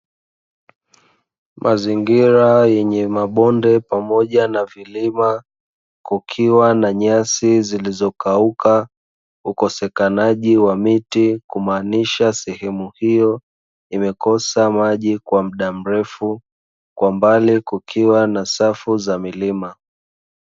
Mazingira yenye mabonde pamoja na vilima kukiwa na nyasi zilizokauka, ukosekanaji wa miti kumaanisha sehemu hiyo imekosa maji kwa muda mrefu, kwa mbali kukiwa na safu za milima.